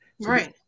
Right